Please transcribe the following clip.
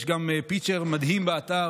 יש גם פיצ'ר מדהים באתר,